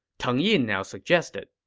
teng yin now suggested,